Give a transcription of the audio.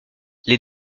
les